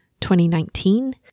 2019